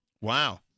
Wow